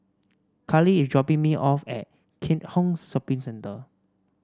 Kali is dropping me off at Keat Hong Shopping Centre